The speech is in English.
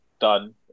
done